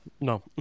No